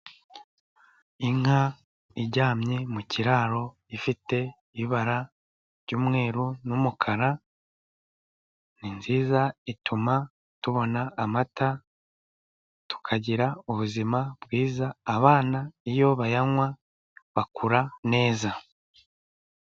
Inka iryamye mu kiraro ifite ibara ry'umweru n'umukara, ni nziza ituma tubona amata tukagira ubuzima bwiza, abana iyo bayanywa bakura neza.